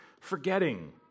forgetting